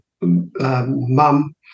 mum